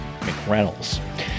McReynolds